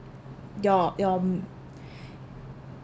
your your